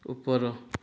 ଉପର